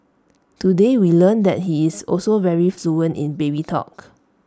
today we learned that he is also very fluent in baby talk